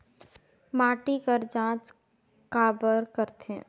माटी कर जांच काबर करथे?